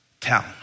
town